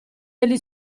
degli